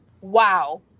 wow